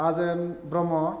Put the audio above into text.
आजेन Brahma